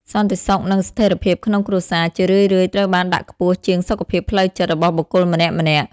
សន្តិសុខនិងស្ថិរភាពក្នុងគ្រួសារ ជារឿយៗត្រូវបានដាក់ខ្ពស់ជាងសុខភាពផ្លូវចិត្តរបស់បុគ្គលម្នាក់ៗ។